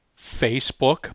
Facebook